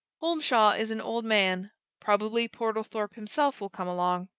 holmshaw is an old man probably portlethorpe himself will come along.